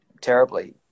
terribly